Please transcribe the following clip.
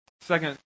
Second